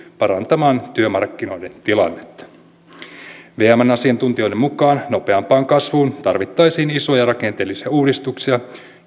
parantamaan työmarkkinoiden tilannetta vmn asiantuntijoiden mukaan nopeampaan kasvuun tarvittaisiin isoja rakenteellisia uudistuksia